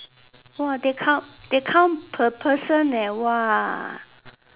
!wah! they come they count per person leh !wah!